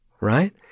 right